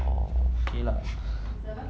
orh okay lah